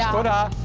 but